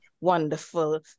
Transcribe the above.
wonderful